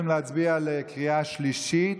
להצביע בקריאה השלישית.